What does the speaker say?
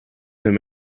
them